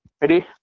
Ready